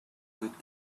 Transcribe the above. good